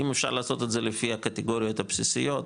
אם אפשר לעשות את זה לפי הקטגוריות הבסיסיות,